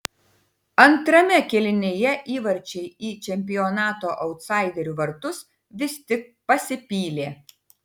antrame kėlinyje įvarčiai į čempionato autsaiderių vartus vis tik pasipylė